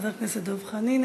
חבר הכנסת דב חנין,